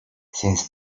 since